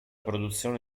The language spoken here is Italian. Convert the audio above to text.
produzione